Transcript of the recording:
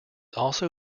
also